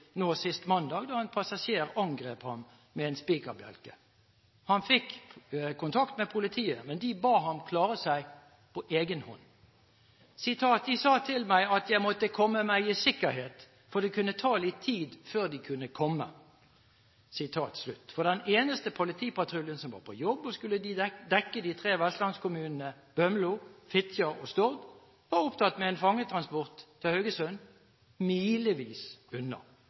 sist mandag, da en passasjer angrep ham med en spikerbjelke. Han fikk kontakt med politiet, men de ba ham klare seg på egen hånd. Han sa: «De sa til meg at jeg måtte komme meg i sikkerhet, fordi det kunne ta litt tid før de kunne komme.» Den eneste politipatruljen som var på jobb og skulle dekke de tre vestlandskommunene Bømlo, Fitjar og Stord, var opptatt med en fangetransport til Haugesund, milevis unna.